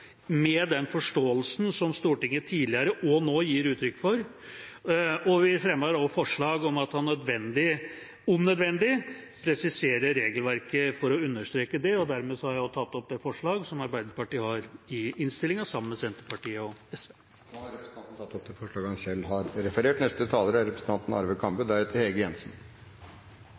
med den forståelsen som Stortinget tidligere har gitt – og nå gir – uttrykk for. Vi fremmer også, sammen med Senterpartiet og SV, et forslag om at han om nødvendig presiserer regelverket – for å understreke det. Dermed har jeg også tatt opp det forslaget Arbeiderpartiet har i innstillingen, sammen med Senterpartiet og SV. Da har representanten Dag Terje Andersen tatt opp det forslaget han